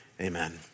Amen